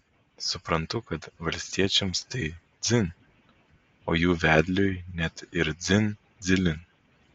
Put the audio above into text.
suprantu kad valstiečiams tai dzin o jų vedliui net ir dzin dzilin